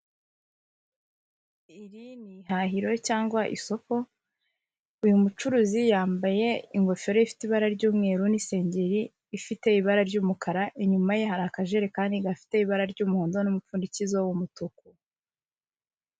Iri ni ihahiro cyangwa isoko uyu mucuruzi yambaye ingofero ifite ibara ry'umweru n'isengeri ifite ibara ry'umukara, inyuma ye hari akajerekani gafite ibara ry'umuhondo n'umupfundikizo w'umutuku.